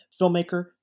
filmmaker